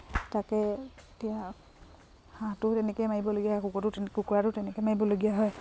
তাকে এতিয়া হাঁহটো তেনেকৈ মাৰিবলগীয়া কুকুৰাটো কুকুৰাটোও তেনেকৈ মাৰিবলগীয়া হয়